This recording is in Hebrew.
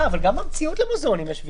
גם במציאות יש למוזיאונים ויסות.